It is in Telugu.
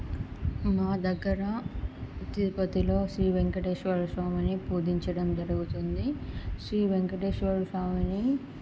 మా దగ్గర తిరుపతిలో శ్రీ వెంకటేశ్వర స్వామిని పూజించడం జరుగుతుంది శ్రీ వెంకటేశ్వర స్వామిని